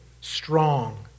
strong